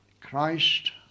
Christ